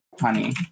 honey